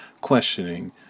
questioning